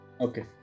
Okay